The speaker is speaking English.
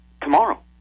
tomorrow